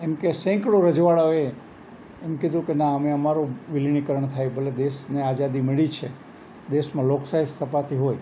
એમ કે સેંકડો રજવાડાઓએ એમ કીધું કે ના અમે અમારું વિલીનીકરણ થાય ભલે દેશને આઝાદી મળી છે દેશમાં લોકશાહી સ્થપાતી હોય